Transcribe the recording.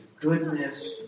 Goodness